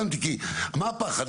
כי מה הפחד?